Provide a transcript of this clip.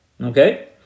okay